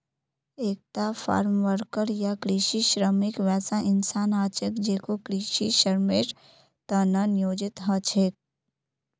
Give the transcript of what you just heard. एकता farmworker या कृषि श्रमिक वैसा इंसान ह छेक जेको कृषित श्रमेर त न नियोजित ह छेक